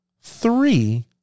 Three